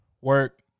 work